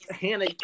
Hannah